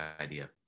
idea